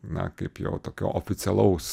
na kaip jau tokio oficialaus